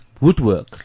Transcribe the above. Woodwork